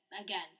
again